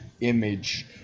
image